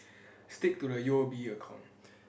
stick to the u_o_b account